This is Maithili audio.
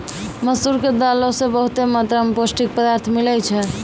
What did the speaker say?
मसूर के दालो से बहुते मात्रा मे पौष्टिक पदार्थ मिलै छै